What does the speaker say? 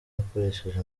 akoresheje